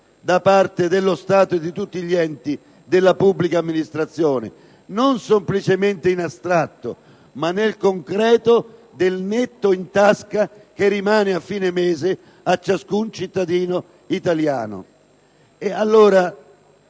da parte dello Stato e di tutti gli enti della pubblica amministrazione, non semplicemente in astratto, ma nel concreto del netto in tasca che rimane a fine mese a ciascun cittadino italiano. Vi